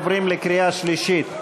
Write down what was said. עוברים לקריאה שלישית.